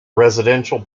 residential